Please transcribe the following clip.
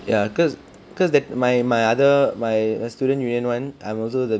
ya cause cause that my my other my err students union [one] I'm also the